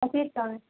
پچیس سو میں